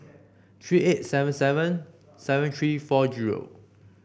three eight seven seven seven three four zero